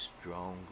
stronger